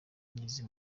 ngeze